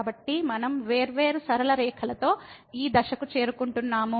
కాబట్టి మనం వేర్వేరు సరళ రేఖలతో ఈ దశకు చేరుకుంటున్నాము